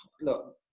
look